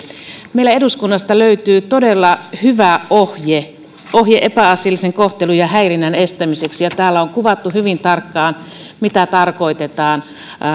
meiltä eduskunnasta löytyy todella hyvä ohje ohje epäasiallisen kohtelun ja häirinnän estämiseksi siinä on kuvattu hyvin tarkkaan mitä tarkoitetaan